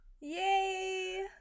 Yay